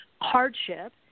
hardship